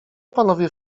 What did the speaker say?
panowie